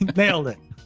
and nailed and